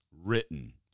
written